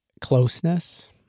closeness